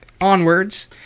onwards